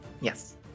Yes